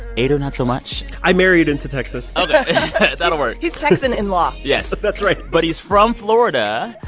eyder not so much i married into texas ok that'll work he's texan-in-law yes that's right but he's from florida.